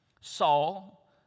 Saul